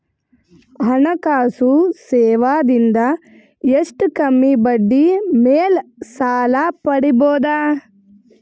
ಹಣಕಾಸು ಸೇವಾ ದಿಂದ ಎಷ್ಟ ಕಮ್ಮಿಬಡ್ಡಿ ಮೇಲ್ ಸಾಲ ಪಡಿಬೋದ?